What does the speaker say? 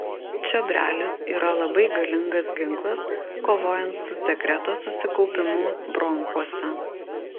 čiobrelis yra labai galingas ginklas kovojant su sekreto susikaupimu bronchuose